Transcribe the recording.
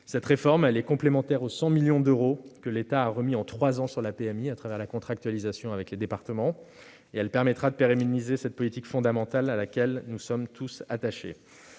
Cette réforme, complémentaire des 100 millions d'euros que l'État a remis en trois ans à la PMI, au travers de la contractualisation avec les départements, permettra de pérenniser cette politique fondamentale à laquelle nous sommes tous attachés.